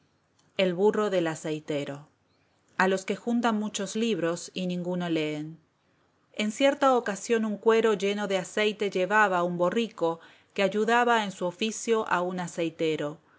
compañeros más queremos ser públicos sapos que ocultos mochuelos fábula lxii el burro del aceitero a los que juntan muchos libros y ninguno leen en cierta ocasión un cuero lleno de aceite llevaba un borrico que ayudaba en su oficio a un aceitero